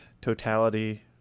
totality